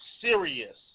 serious